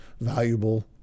valuable